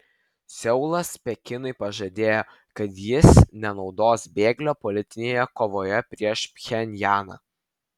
seulas pekinui pažadėjo kad jis nenaudos bėglio politinėje kovoje prieš pchenjaną